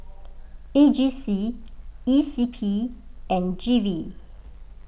A G C E C P and G V